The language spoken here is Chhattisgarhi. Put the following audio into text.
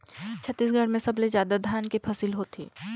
छत्तीसगढ़ में सबले जादा धान के फसिल होथे